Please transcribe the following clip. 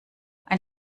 ein